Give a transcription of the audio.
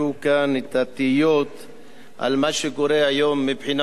את התהיות על מה שקורה היום מבחינה פוליטית,